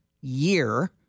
year